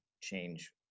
change